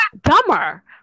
dumber